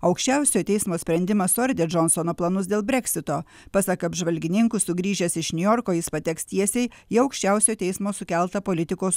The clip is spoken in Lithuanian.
aukščiausiojo teismo sprendimas suardė džonsono planus dėl breksito pasak apžvalgininkų sugrįžęs iš niujorko jis pateks tiesiai į aukščiausiojo teismo sukeltą politikos